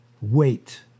Wait